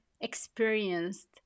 experienced